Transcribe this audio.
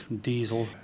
diesel